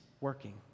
working